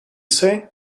say